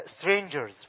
strangers